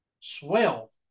Swell